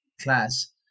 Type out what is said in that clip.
class